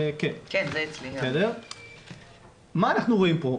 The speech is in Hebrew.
מה אנחנו רואים פה?